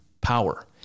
Power